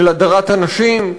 של הדרת נשים,